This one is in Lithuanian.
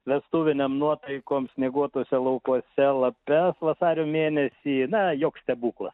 vestuvinėm nuotaikom snieguotuose laukuose lapes vasario mėnesį na joks stebukla